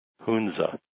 Hunza